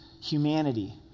humanity